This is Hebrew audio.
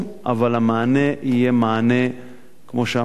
אבל המענה יהיה מענה כמו שאמרתי,